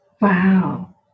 Wow